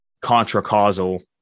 contra-causal